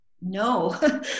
No